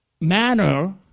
manner